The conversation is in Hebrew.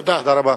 תודה רבה.